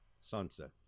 Sunset